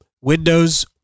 Windows